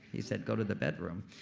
he said go to the bedroom.